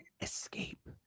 Escape